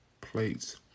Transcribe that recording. plates